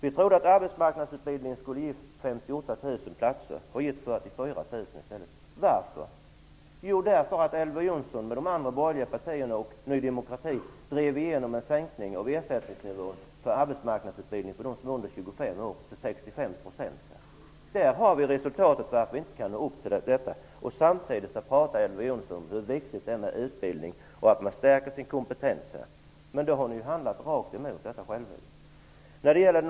Vi trodde att arbetsmarknadsutbildningen skulle ge 58 000 platser. Den har i stället gett 44 000 platser. Varför? Jo, därför att Elver Jonsson, de andra borgerliga partierna och Ny demokrati drev igenom en sänkning av ersättningsnivån till 65 % för arbetsmarknadsutbildning för dem som var yngre än 25 år. Där har vi resultatet som gör att vi inte kan nå upp till målet. Samtidigt pratar Elver Jonsson om hur viktigt det är med utbildning och att stärka sin kompetens. Men ni har ju själva handlat rakt emot detta.